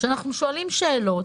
שאנחנו שואלים שאלות,